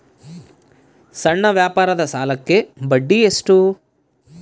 ಸಣ್ಣ ವ್ಯಾಪಾರದ ಸಾಲಕ್ಕೆ ಬಡ್ಡಿ ಎಷ್ಟು?